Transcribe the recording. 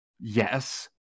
Yes